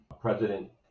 President